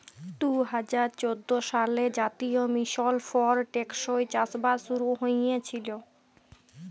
দু হাজার চোদ্দ সালে জাতীয় মিশল ফর টেকসই চাষবাস শুরু হঁইয়েছিল